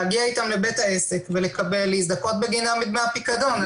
להגיע אתם לבית העסק ולהזדכות בגינם בדמי הפיקדון.